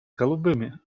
голубыми